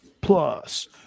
plus